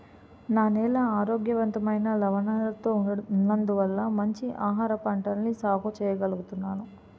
నా నేల ఆరోగ్యవంతమైన లవణాలతో ఉన్నందువల్ల మంచి ఆహారపంటల్ని సాగు చెయ్యగలుగుతున్నాను